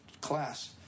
class